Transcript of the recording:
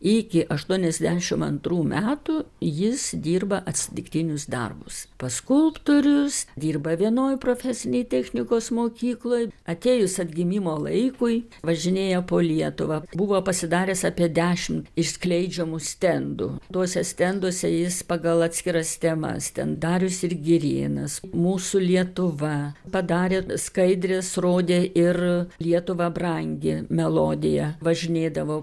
iki aštuoniasdešim antrų metų jis dirba atsitiktinius darbus pas skulptorius dirba vienoj profesinėj technikos mokykloj atėjus atgimimo laikui važinėja po lietuvą buvo pasidaręs apie dešim išskleidžiamų stendų tuose stenduose jis pagal atskiras temas ten darius ir girėnas mūsų lietuva padarė skaidres rodė ir lietuva brangi melodija važinėdavo